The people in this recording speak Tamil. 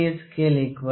S 9 M